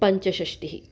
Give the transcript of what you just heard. पञ्चषष्ठिः